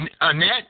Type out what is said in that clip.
Annette